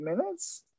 minutes